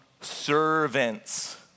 servants